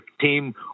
team